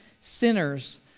sinners